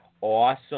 Awesome